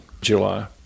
July